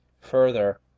further